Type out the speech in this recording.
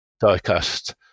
die-cast